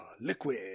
liquid